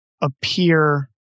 appear